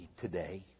today